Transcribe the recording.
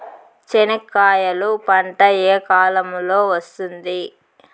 చెనక్కాయలు పంట ఏ కాలము లో వస్తుంది